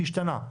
השתנה.